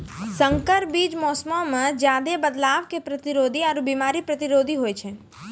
संकर बीज मौसमो मे ज्यादे बदलाव के प्रतिरोधी आरु बिमारी प्रतिरोधी होय छै